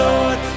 Lord